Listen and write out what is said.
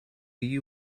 you